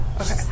Okay